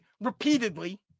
repeatedly